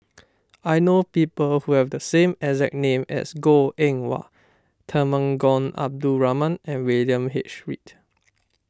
I know people who have the exact name as Goh Eng Wah Temenggong Abdul Rahman and William H Read